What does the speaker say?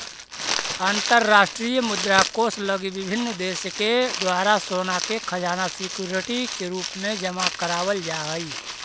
अंतरराष्ट्रीय मुद्रा कोष लगी विभिन्न देश के द्वारा सोना के खजाना सिक्योरिटी के रूप में जमा करावल जा हई